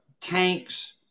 tanks